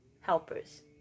helpers